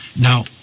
Now